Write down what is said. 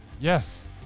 Yes